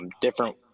different